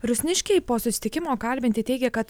rusniškiai po susitikimo kalbinti teigia kad